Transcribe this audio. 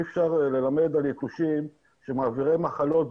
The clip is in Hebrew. אי אפשר ללמד על יתושים שהם מעבירי מחלות,